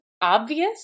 obvious